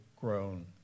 grown